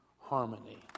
harmony